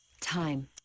Time